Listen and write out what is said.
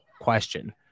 question